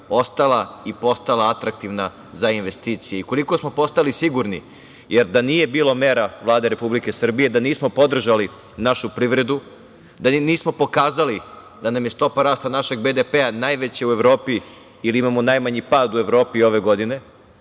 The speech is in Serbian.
ostala i postala atraktivna za investicije i koliko smo postali sigurni, jer da nije bilo mera Vlade Republike Srbije, da nismo podržali našu privredu, da nismo pokazali da nam je stopa rasta BDP-a najveća u Evropi i da imamo najmanji pad u Evropi ove godine,